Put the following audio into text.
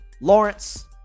Lawrence